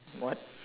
what